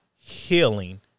healing